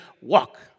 walk